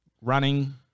Running